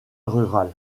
rural